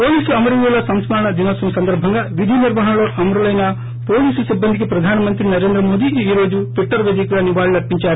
police అమరవీరుల సంస్కరణ దినోత్సవం సందర్భంగా విధి నిర్వహణలో అమరలైన పోలీసు సిబ్బందికి ప్రధాన మంత్రి నరేంద్ర మోడీ ఈ రోజు ట్విటర్ వేదికగా నివాళులు అర్బించారు